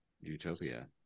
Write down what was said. utopia